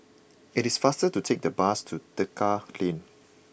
it is faster to take the bus to Tekka Lane